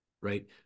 right